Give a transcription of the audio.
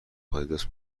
آدیداس